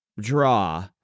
draw